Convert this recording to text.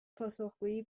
پاسخگویی